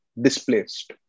displaced